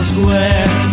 Square